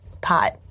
Pot